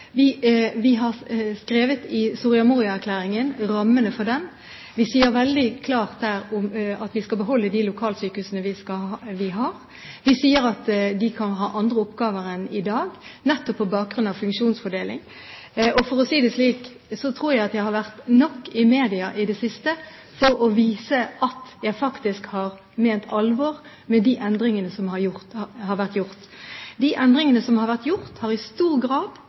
Vi har skrevet rammene for den i Soria Moria-erklæringen. Der sier vi veldig klart at vi skal beholde de lokalsykehusene vi har. Vi sier at de kan ha andre oppgaver enn i dag, nettopp på bakgrunn av funksjonsfordeling. For å si det slik: Jeg tror jeg har vært nok i media i det siste, for å vise at jeg faktisk har ment alvor med de endringene som er gjort. De endringene som er gjort, har, når det gjelder planene for fødsel og barsel, i stor grad